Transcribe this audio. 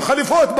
עם חליפות,